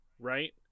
right